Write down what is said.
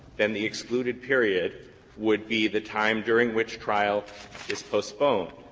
then the excluded period would be the time during which trial is postponed,